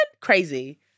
Crazy